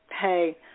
hey